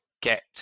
get